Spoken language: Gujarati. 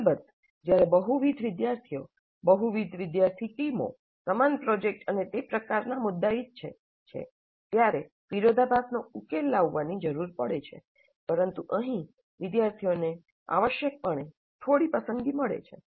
અલબત્ત જ્યારે બહુવિધ વિદ્યાર્થીઓ બહુવિધ વિદ્યાર્થી ટીમો સમાન પ્રોજેક્ટ અને તે તમામ પ્રકારનાં મુદ્દા ઇચ્છે છેત્યારે વિરોધાભાસનો ઉકેલ લાવવાની જરૂર પડે છે પરંતુ અહી વિદ્યાર્થીઓને આવશ્યકપણે થોડી પસંદગી મળે છે